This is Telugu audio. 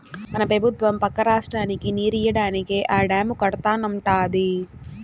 మన పెబుత్వం పక్క రాష్ట్రానికి నీరియ్యడానికే ఆ డాము కడతానంటాంది